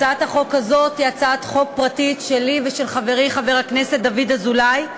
הצעת החוק הזאת היא הצעת חוק פרטית של חברי חבר הכנסת דוד אזולאי ושלי.